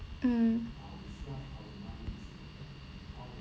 mm